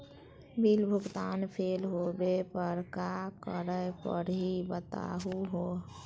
Bill भुगतान fail होवे पर का करै परही, बताहु हो?